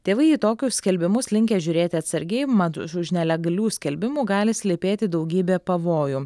tėvai į tokius skelbimus linkę žiūrėti atsargiai mat už už nelegalių skelbimų gali slypėti daugybė pavojų